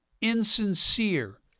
insincere